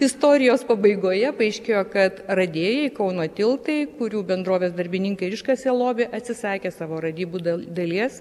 istorijos pabaigoje paaiškėjo kad radėjai kauno tiltai kurių bendrovės darbininkai ir iškasė lobį atsisakė savo radybų d dalies